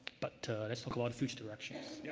but let's talk about future directions. yeah